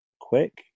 quick